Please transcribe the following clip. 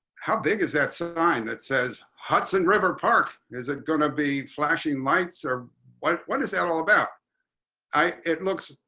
how big is that sign that says hudson river park. is it going to be flashing lights or what what is that all about i it looks.